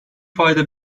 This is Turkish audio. fayda